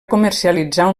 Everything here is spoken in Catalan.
comercialitzar